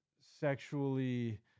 sexually